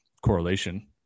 correlation